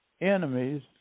enemies